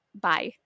Bye